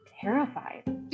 terrified